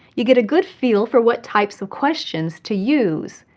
you get a good feel for what types of questions to use,